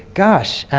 gosh,